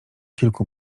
kilku